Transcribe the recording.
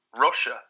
Russia